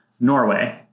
Norway